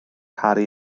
harri